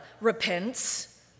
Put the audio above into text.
repents